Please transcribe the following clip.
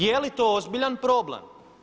Jeli to ozbiljan problem?